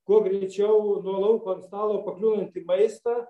kuo greičiau nuo lauko ant stalo pakliūvantį maistą